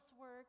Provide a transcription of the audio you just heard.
work